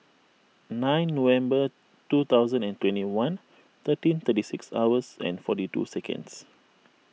nine November two thousand and twenty one thirteen thirty six hours and forty two seconds